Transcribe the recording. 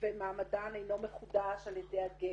ומעמדן אינו מחודש על ידי הגבר.